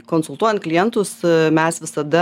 konsultuojant klientus mes visada